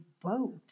boat